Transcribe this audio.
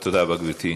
תודה רבה, גברתי.